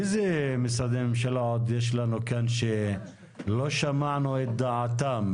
אילו משרדי ממשלה יש לנו כאן שלא שמענו את דעתם?